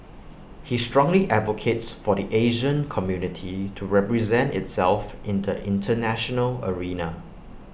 he strongly advocates for the Asian community to represent itself in the International arena